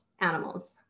animals